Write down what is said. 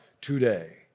today